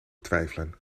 twijfelen